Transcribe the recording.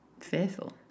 fearful